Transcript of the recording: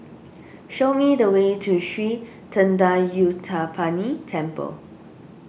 show me the way to Sri thendayuthapani Temple